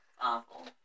Awful